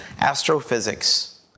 astrophysics